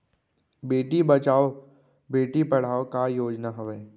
बेटी बचाओ बेटी पढ़ाओ का योजना हवे?